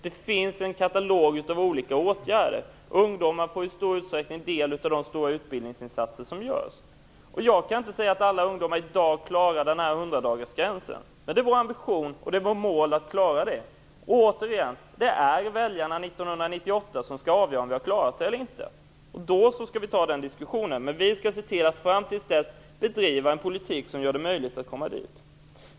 Det finns en katalog av olika åtgärder, och ungdomar får i stor utsträckning del av de stora utbildningsinsatser som görs. Jag skall inte säga att alla ungdomar i dag klarar 100-dagarsgränsen, men det är vårt mål och vår ambition att klara det. Återigen: Det är väljarna år 1998 som skall avgöra om vi har klarat detta eller inte. Då skall vi ta den diskussionen. Vi skall fram till dess bedriva en politik som gör det möjligt att komma dit.